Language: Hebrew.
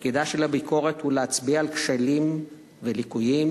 תפקידה של הביקורת הוא להצביע על כשלים וליקויים,